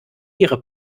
ihre